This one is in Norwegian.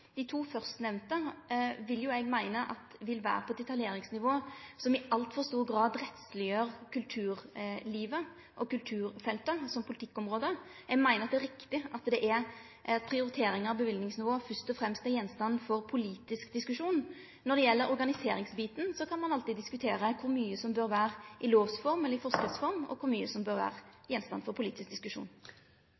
Dei to førstnemnde meiner eg vil vere på eit detaljnivå som i altfor stor grad rettsleggjer kulturlivet og kulturfeltet som politikkområde. Eg meiner det er riktig at prioriteringar og løyvingsnivå først og fremst er gjenstand for politisk diskusjon. Når det gjeld organiseringsbiten, kan ein alltid diskutere kor mykje som bør vere i lovs eller i forskrifts form og kor mykje som bør vere